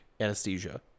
anesthesia